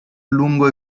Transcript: lungo